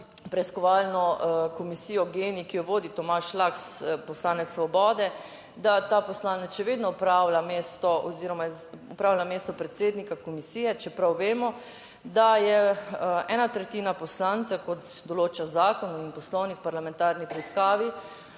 preiskovalno komisijo Gen-I, ki jo vodi Tomaž Lah, poslanec Svobode, da ta poslanec še vedno opravlja mesto oziroma opravlja mesto predsednika komisije, čeprav vemo, da je ena tretjina poslancev, kot določa zakon in Poslovnik o parlamentarni preiskavi,